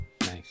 Nice